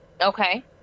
Okay